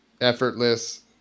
effortless